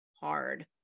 hard